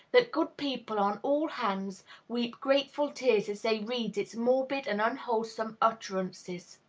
that good people on all hands weep grateful tears as they read its morbid and unwholesome utterances.